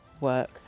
work